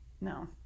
No